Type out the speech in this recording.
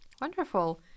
Wonderful